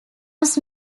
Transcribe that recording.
was